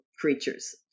creatures